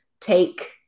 take